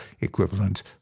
equivalent